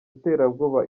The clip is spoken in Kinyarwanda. iterabwoba